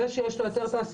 זה שיש לו היתר תעסוקה,